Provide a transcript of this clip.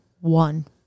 one